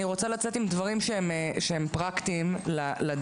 אני רוצה לצאת עם דברים שהם פרקטיים לדיון,